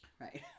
right